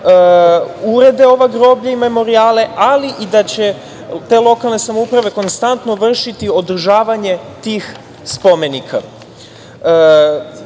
urede ova groblja i memorijale, ali i da će te lokalne samouprave vršiti konstantno održavanje tih spomenika. Ja